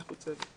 אנחנו צוות.